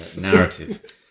narrative